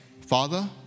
Father